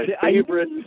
favorite